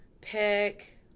pick